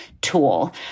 tool